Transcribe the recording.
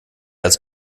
als